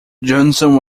johnson